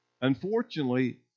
Unfortunately